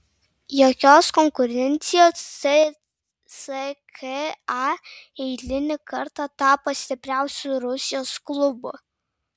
jokios konkurencijos cska eilinį kartą tapo stipriausiu rusijos klubu